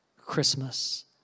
Christmas